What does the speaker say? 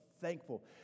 thankful